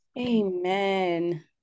Amen